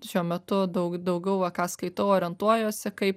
šiuo metu daug daugiau va ką skaitau orientuojuosi kaip